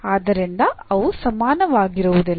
ಆದ್ದರಿಂದ ಅವು ಸಮಾನವಾಗಿರುವುದಿಲ್ಲ